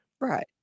Right